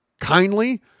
kindly